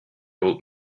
old